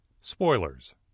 SPOILERS